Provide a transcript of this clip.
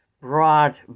brought